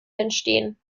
entstehen